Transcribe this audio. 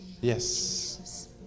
yes